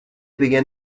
began